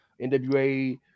NWA